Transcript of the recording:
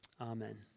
Amen